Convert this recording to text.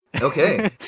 Okay